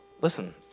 listen